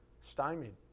stymied